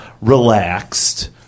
relaxed